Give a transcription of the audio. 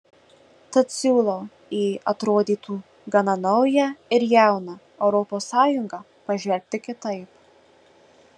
tad siūlau į atrodytų gana naują ir jauną europos sąjungą pažvelgti kitaip